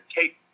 take